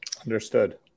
Understood